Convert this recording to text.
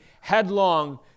headlong